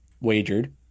Wagered